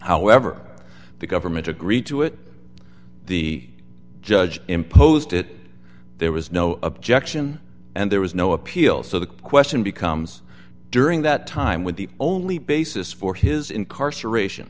however the government agreed to it the judge imposed it there was no objection and there was no appeal so the question becomes during that time when the only basis for his incarceration